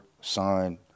signed